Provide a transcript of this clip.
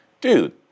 dude